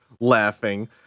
Laughing